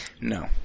No